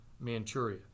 Manchuria